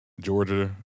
Georgia